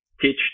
teach